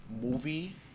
movie